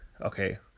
okay